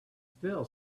still